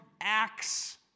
acts